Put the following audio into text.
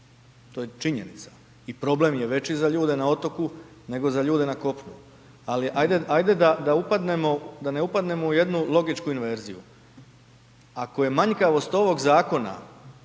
To je činjenica i problem je veći za ljude na otoku, nego za ljude na kopnu, ali ajde da upadnemo, da ne upadnemo u jednu logičku inverziju, ako je manjkavost ovog zakona